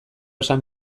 esan